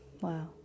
Wow